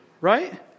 right